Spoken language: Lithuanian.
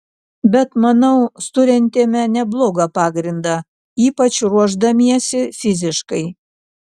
bet manau surentėme neblogą pagrindą ypač ruošdamiesi fiziškai